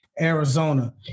Arizona